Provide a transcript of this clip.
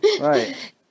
Right